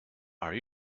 are